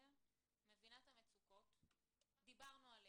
אני מבינה את המצוקות, דיברנו עליהן.